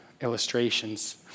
illustrations